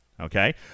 okay